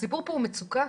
הסיפור פה הוא מצוקה,